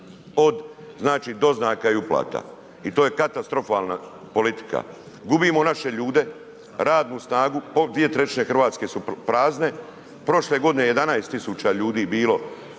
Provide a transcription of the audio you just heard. znači doznaka i uplata i to je katastrofalna politika, gubimo naše ljude, radnu snagu, 2/3 RH su prazne, prošle godine je 11 000 ljudi bilo